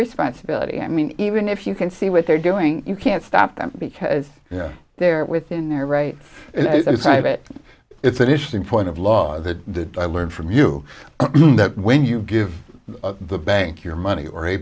responsibility i mean even if you and see what they're doing you can't stop them because they're within their right it's right it it's an interesting point of law that i learned from you that when you give the bank your money or a